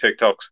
TikToks